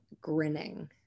grinning